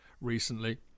recently